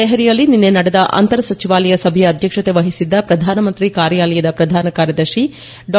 ದೆಹಲಿಯಲ್ಲಿ ನಿನ್ನೆ ನಡೆದ ಅಂತರ ಸಚಿವಾಲಯ ಸಭೆಯ ಅಧ್ಯಕ್ಷತೆ ವಹಿಸಿದ್ದ ಪ್ರಧಾನಮಂತ್ರಿ ಕಾರ್ಯಾಲಯದ ಪ್ರಧಾನ ಕಾರ್ಯದರ್ಶಿ ಡಾ